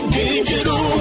digital